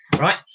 right